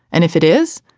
and if it is.